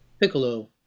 piccolo